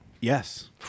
Yes